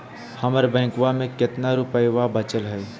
हमर बैंकवा में कितना रूपयवा बचल हई?